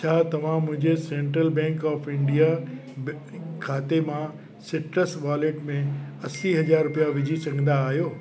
छा तव्हां मुंहिंजे सेंट्रल बैंक ऑफ़ इंडिया बि खाते मां सिट्रस वॉलेट में असी हज़ार रुपिया विझी सघंदा आहियो